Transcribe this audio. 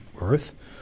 earth